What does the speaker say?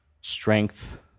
strength